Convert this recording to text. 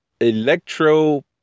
Electro